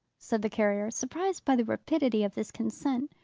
said the carrier, surprised by the rapidity of this consent.